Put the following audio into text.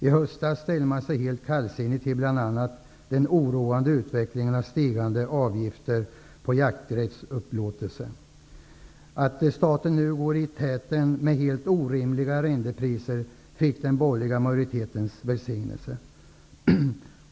I höstas ställde man sig helt kallsinnig till bl.a. den oroande utvecklingen av stigande avgifter på jakträttsupplåtelse. Att staten nu går i täten med helt orimliga arrendepriser fick den borgerliga majoritetens välsignelse.